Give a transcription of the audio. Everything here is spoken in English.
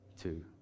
two